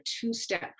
two-step